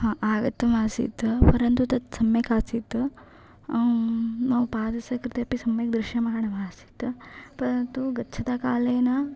हा आगतमासीत् परन्तु तत् सम्यकासीत् मम पादस्य कृते अपि तत् सम्यक्दृश्यमाणमासीत् परन्तु गच्छता कालेन